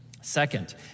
Second